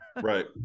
right